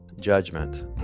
Judgment